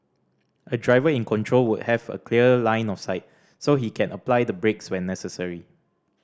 a driver in control would have a clear line of sight so he can apply the brakes when necessary